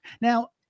now